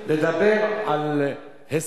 על כך.